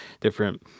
different